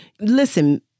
Listen